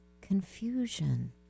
confusion